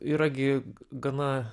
yra gi gana